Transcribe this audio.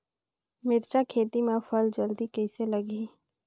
मिरचा खेती मां फल जल्दी कइसे लगही?